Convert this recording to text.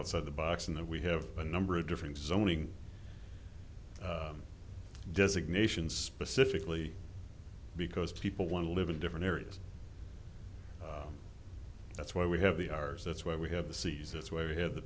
outside the box and then we have a number of different zoning designation specifically because people want to live in different areas that's why we have the ours that's why we have the seas that's why you have the